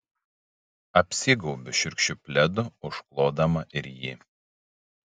apsigaubiu šiurkščiu pledu užklodama ir jį